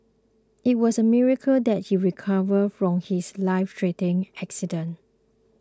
it was a miracle that he recovered from his lifethreatening accident